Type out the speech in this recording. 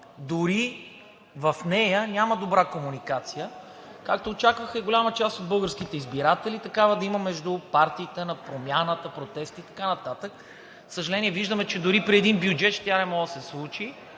дори в нея, няма добра комуникация, както очакваха и голяма част от българските избиратели такава да има между партиите на промяната, протеста и така нататък. За съжаление, виждаме, че дори и при един бюджет тя не може да се случи.